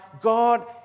God